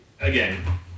Again